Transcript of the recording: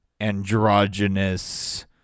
androgynous